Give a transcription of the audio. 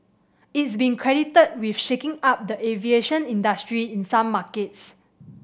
it's been credited with shaking up the aviation industry in some markets